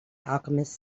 alchemist